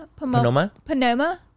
Panoma